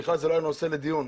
זה בכלל לא היה נושא לדיון.